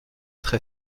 très